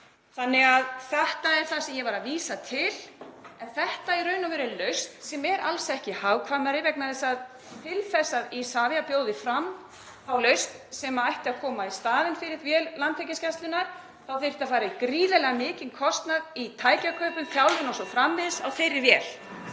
í gær. Þetta er það sem ég var að vísa til. En þetta er í raun og veru lausn sem er alls ekki hagkvæmari vegna þess að til þess að Isavia bjóði fram þá lausn sem ætti að koma í staðinn fyrir vél Landhelgisgæslunnar þyrfti að fara í gríðarlega mikinn kostnað í tækjakaupum, þjálfun o.s.frv. á þeirri vél.